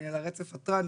אני על הרצף הטרנס,